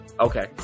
Okay